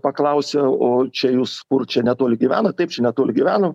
paklausė o čia jūs kur čia netoli gyvenat taip čia netoli gyvenam